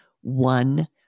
one